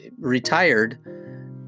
retired